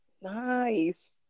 Nice